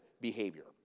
behavior